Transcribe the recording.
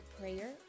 prayer